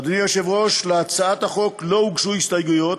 אדוני היושב-ראש, להצעת החוק לא הוגשו הסתייגויות,